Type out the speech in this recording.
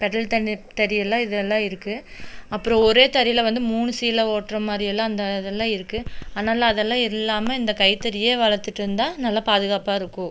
தறியெல்லாம் இதிலலாம் இருக்கு அப்றம் ஒரே தறியில் வந்து மூணு சீலை ஓட்டுற மாதிரியெல்லாம் அந்த இதல்லாம் இருக்கு அதனால் அது எல்லாம் இல்லாமல் இந்த கைத்தறியை வளர்த்துட்ருந்தா நல்ல பாதுகாப்பாக இருக்கும்